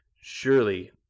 Surely